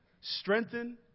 strengthen